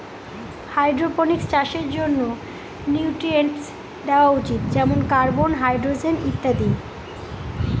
hydroponics চাষের জন্য nutrients দেওয়া উচিত যেমন কার্বন, হাইড্রজেন ইত্যাদি